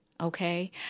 okay